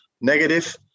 negative